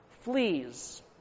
Fleas